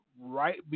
right